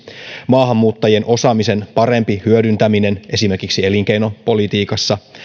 maahanmuuttajien osaamisen parempi hyödyntäminen esimerkiksi elinkeinopolitiikassa